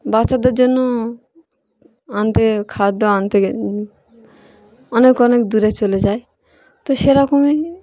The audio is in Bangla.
বাচ্চাদের জন্য আনতে খাদ্য আনতে গিয়ে অনেক অনেক দূরে চলে যায় তো সেরকমই